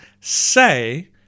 say